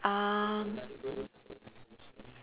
um